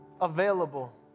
available